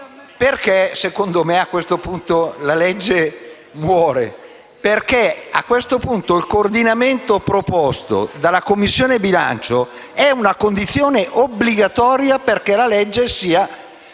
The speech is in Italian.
Perché, secondo me, a questo punto la legge muore? Perché, a questo punto, il coordinamento proposto dalla Commissione bilancio è una condizione obbligatoria affinché la legge sia